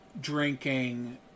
drinking